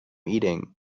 eating